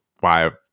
five